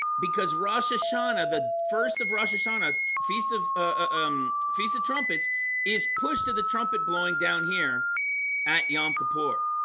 because rosh hashanah the first of rosh, hashanah feast of ah um fisa trumpets is pushed to the trumpet blowing down here at yom kippur,